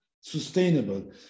sustainable